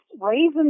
raisin